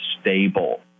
stable